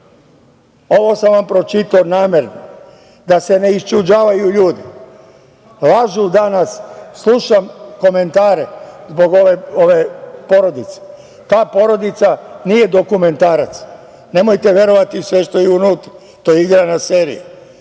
sam vam pročitao namerno, da se ne iščuđavaju ljudi. Lažu danas. Slušam komentare zbog ove „Porodice“. Ta porodica nije dokumentarac, nemojte verovati sve što je unutra, to je igrana seriji.